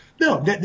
No